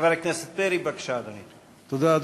חבר הכנסת פרי, בבקשה, אדוני.